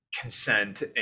consent